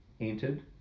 entered